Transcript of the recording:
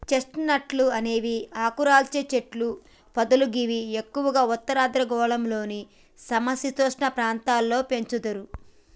chest నట్లు అనేవి ఆకురాల్చే చెట్లు పొదలు గివి ఎక్కువగా ఉత్తర అర్ధగోళంలోని సమ శీతోష్ణ ప్రాంతాల్లో పెంచుతరు